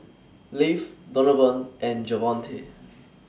Leif Donavon and Javonte